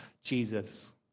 Jesus